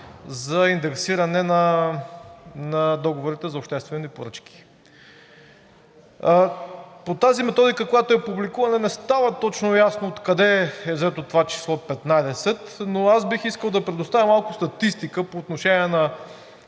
за индексиране на договорите за обществени поръчки. По тази методика, която е публикувана, не става точно ясно откъде е взето това число 15, но аз бих искал да предоставя малко статистика по отношение на